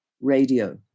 radio